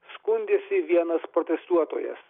skundėsi vienas protestuotojas